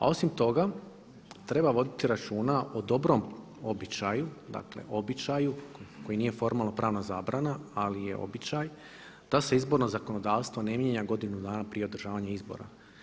A osim toga treba voditi računa o dobrom običaju, dakle običaj koji nije formalnopravna zabrana ali je običaj da se izborno zakonodavstvo ne mijenja godinu dana prije održavanja izbora.